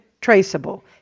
traceable